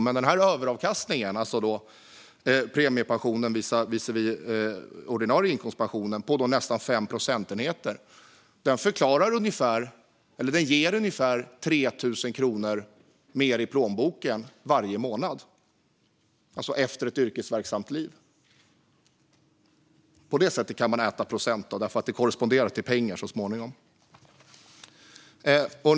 Men den här överavkastningen för premiepensionen visavi den ordinarie inkomstpensionen på nästan 5 procentenheter ger ungefär 3 000 kronor mer i plånboken varje månad efter ett yrkesverksamt liv. På det sättet kan man ändå äta procent, för de korresponderar så småningom med pengar.